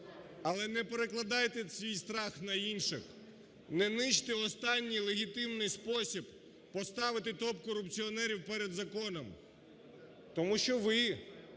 Але не перекладайте свій страх на інших. Не нищте останній легітимний спосіб поставити топ-корупціонерів перед законом. Тому що ви,